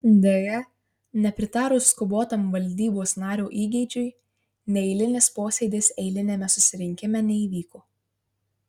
deja nepritarus skubotam valdybos nario įgeidžiui neeilinis posėdis eiliniame susirinkime neįvyko